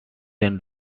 then